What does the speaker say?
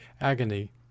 agony